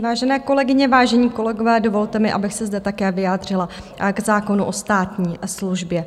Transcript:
Vážené kolegyně, vážení kolegové, dovolte mi, abych se zde také vyjádřila k zákonu o státní službě.